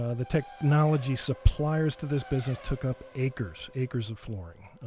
ah the technology suppliers to this business took up acres acres of flooring.